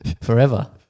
forever